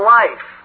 life